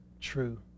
true